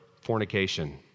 fornication